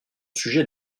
sujet